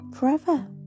forever